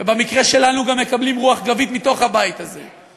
ובמקרה שלנו גם מקבלים רוח גבית מתוך הבית הזה.